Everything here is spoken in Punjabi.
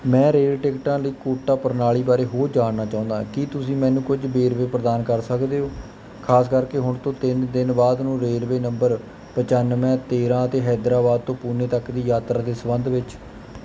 ਮੈਂ ਰੇਲ ਟਿਕਟਾਂ ਲਈ ਕੋਟਾ ਪ੍ਰਣਾਲੀ ਬਾਰੇ ਹੋਰ ਜਾਣਨਾ ਚਾਹੁੰਦਾ ਹਾਂ ਕੀ ਤੁਸੀਂ ਮੈਨੂੰ ਕੁਝ ਵੇਰਵੇ ਪ੍ਰਦਾਨ ਕਰ ਸਕਦੇ ਹੋ ਖਾਸ ਕਰਕੇ ਹੁਣ ਤੋਂ ਤਿੰਨ ਦਿਨ ਬਾਅਦ ਨੂੰ ਰੇਲਵੇ ਨੰਬਰ ਪਚਾਨਵੇਂ ਤੇਰ੍ਹਾਂ ਅਤੇ ਹੈਦਰਾਬਾਦ ਤੋਂ ਪੁਨੇ ਤੱਕ ਦੀ ਯਾਤਰਾ ਦੇ ਸੰਬੰਧ ਵਿੱਚ